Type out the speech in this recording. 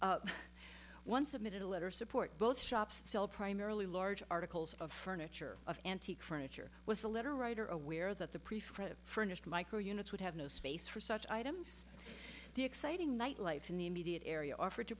one submitted a letter of support both shops sell primarily large articles of furniture of antique furniture was the letter writer aware that the preferred furnished micro units would have no space for such items the exciting nightlife in the immediate area offered to